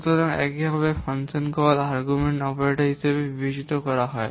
সুতরাং একইভাবে function call argument operation হিসাবে বিবেচনা করা হয়